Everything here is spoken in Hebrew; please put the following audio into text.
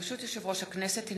ברשות יושב-ראש הכנסת,